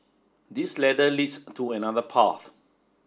this ladder leads to another path